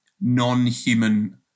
non-human